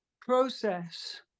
process